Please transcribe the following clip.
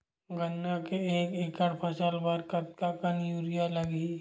गन्ना के एक एकड़ फसल बर कतका कन यूरिया लगही?